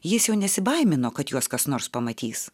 jis jau nesibaimino kad juos kas nors pamatys